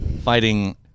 fighting